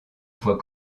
voit